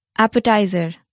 Appetizer